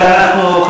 אבל אנחנו,